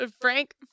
frank